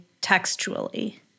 textually